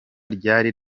ryari